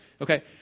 Okay